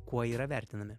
kuo yra vertinami